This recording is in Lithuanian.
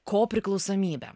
ko priklausomybę